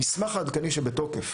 המסמך העדכני שבתוקף,